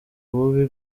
bubi